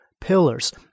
pillars